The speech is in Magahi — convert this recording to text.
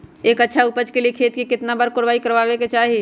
एक अच्छा उपज के लिए खेत के केतना बार कओराई करबआबे के चाहि?